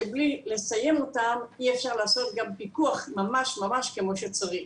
שבלי לסיים אותן אי אפשר לעשות גם פיקוח ממש כמו שצריך.